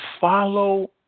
follow